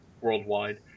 worldwide